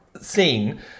scene